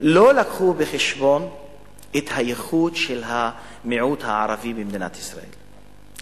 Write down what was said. לא לקחו בחשבון את הייחוד של המיעוט הערבי במדינת ישראל,